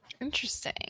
Interesting